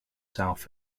south